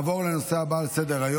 להלן תוצאות ההצבעה: